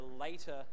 later